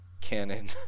canon